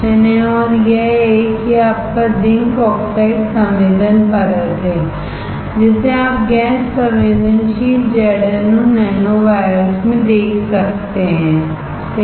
और यह एक यह आपका जिंक ऑक्साइड संवेदन परत है जिसे आप गैस संवेदनशील ZnO nanowires में देख सकते हैं सही है